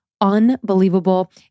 unbelievable